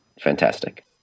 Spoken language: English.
fantastic